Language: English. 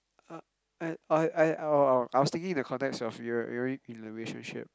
uh I I orh I was thinking in the context of you're you're already in a relationship